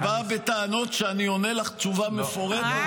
ובאה בטענות שאני עונה לך תשובה מפורטת -- רק שנייה.